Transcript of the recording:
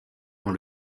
ont